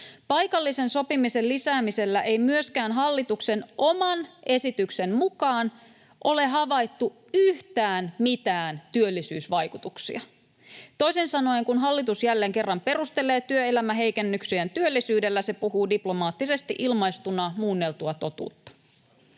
Paikallisen sopimisen lisäämisellä ei myöskään hallituksen oman esityksen mukaan ole havaittu yhtään mitään työllisyysvaikutuksia. Toisin sanoen, kun hallitus jälleen kerran perustelee työelämäheikennyksiään työllisyydellä, se puhuu diplomaattisesti ilmaistuna muunneltua totuutta.